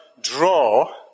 draw